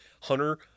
Hunter